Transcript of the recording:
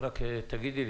צודקת.